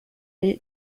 les